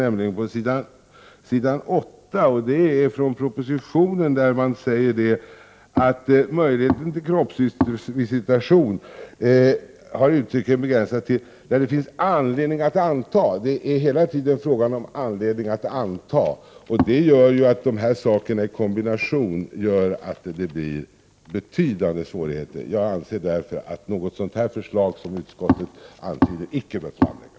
Där hänvisas till att i propositionen ”möjligheten till kroppsvisitation uttryckligen begränsats till fall då det finns anledning anta” att någon medför ett föremål av det slag som det här är fråga om. Det står alltså ”anledning anta”, och det gör att betydande svårigheter uppstår. Jag anser därför att något förslag av den typ som utskottet avser icke bör framläggas.